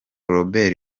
robert